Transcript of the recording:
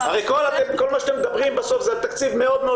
הרי כל מה שאתם מדברים בסוף זה על תקציב מאוד מאוד